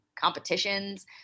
competitions